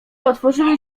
otworzyły